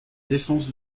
défense